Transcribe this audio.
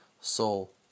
soul